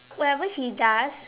whatever he does